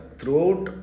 throughout